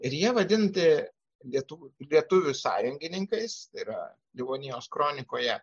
ir jie vadinti lietuvių lietuvių sąjungininkais tai yra livonijos kronikoje